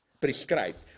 prescribed